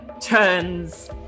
turns